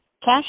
Cash